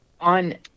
on